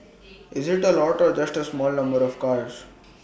is IT A lot or just A small number of cars